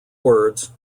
words